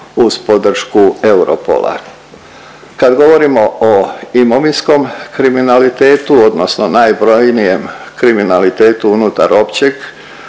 uz podršku EUROPOL-a. Kad govorimo o imovinskom kriminalitetu, odnosno najbrojnijem kriminalitetu unutar općeg,